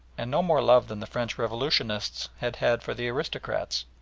and no more love than the french revolutionists had had for the aristocrats.